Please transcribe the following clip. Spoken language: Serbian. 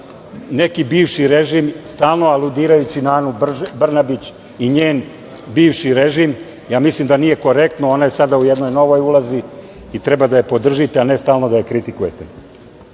neki bivši režim, stalno aludirajući na Anu Brnabić i njen bivši režim, ja mislim da nije korektno. Ona je sada u jednoj novoj ulozi i treba da je podržite, a ne stalno da je kritikujete. Moram